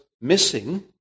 missing